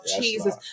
Jesus